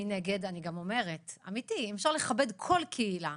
מנגד אני גם אומרת שאפשר לכבד כל קהילה.